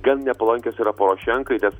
gan nepalankios yra porošenkai kas